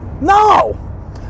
No